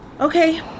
Okay